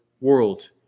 world